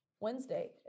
Wednesday